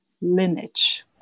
lineage